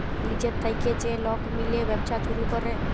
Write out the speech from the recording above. লিজের থ্যাইকে যে লক মিলে ব্যবছা ছুরু ক্যরে